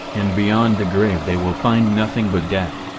and beyond the grave they will find nothing but death.